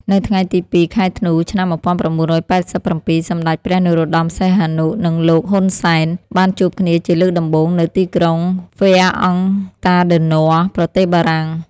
នៅថ្ងៃទី ២ ខែធ្នូ ឆ្នាំ ១៩៨៧ សម្តេចព្រះនរោត្តម សីហនុ និងលោក ហ៊ុន សែន បានជួបគ្នាជាលើកដំបូងនៅទីក្រុងហ្វែអង់តាដឺន័រ ប្រទេសបារាំង។